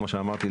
כמו שאמרתי,